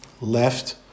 left